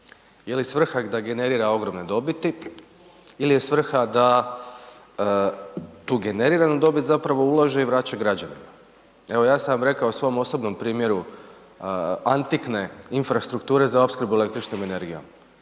Je li svrha da generira ogromne dobiti ili je svrha da tu generiranu dobit zapravo ulaže i vraća građanima? Evo, ja sam vam rekao svom osobnom primjeru antikne infrastrukture za opskrbu električnom energijom.